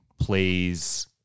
plays